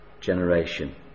generation